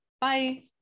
Bye